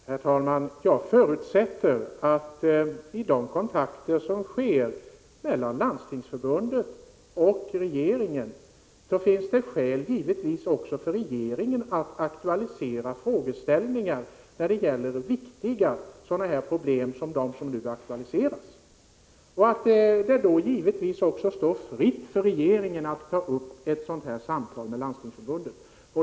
Herr talman! Jag förutsätter att det vid de kontakter som förekommer mellan Landstingsförbundet och regeringen finns skäl också för regeringen att aktualisera frågeställningar när det gäller sådana viktiga problem som de som nu aktualiserats. Det står då givetvis regeringen fritt att ta upp ett sådant här samtal med Landstingsförbundet.